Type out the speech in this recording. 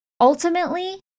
Ultimately